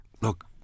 look